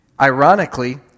ironically